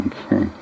Okay